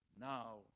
Now